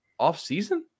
offseason